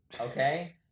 Okay